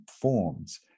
forms